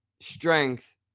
strength